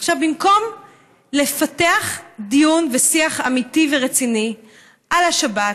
במקום לפתח דיון ושיח אמיתי ורציני על השבת,